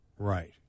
Right